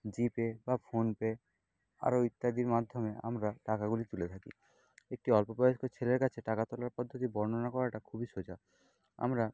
জিপে বা ফোনপে আরও ইত্যাদির মাধ্যমে আমরা টাকাগুলি তুলে থাকি একটি অল্পবয়স্ক ছেলের কাছে টাকা তোলার পদ্ধতি বর্ণনা করাটা খুবই সোজা আমরা